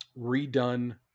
redone